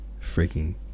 freaking